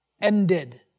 Ended